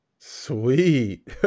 sweet